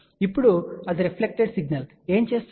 ఇప్పుడు అది reflected signal ఏమి చేస్తుంది